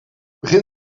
begin